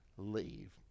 leave